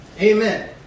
Amen